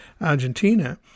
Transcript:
Argentina